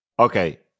Okay